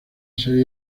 serie